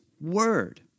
word